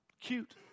cute